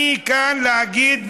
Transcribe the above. אני כאן כדי להגיד,